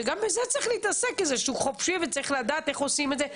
וגם בזה צריך להתעסק כי זה שוק חופשי וצריך לדעת איך עושים את זה,